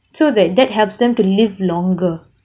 so that that helps them to live longer